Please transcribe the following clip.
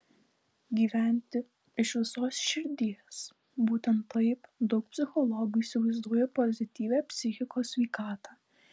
gyventi iš visos širdies būtent taip daug psichologų įsivaizduoja pozityvią psichikos sveikatą